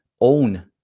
own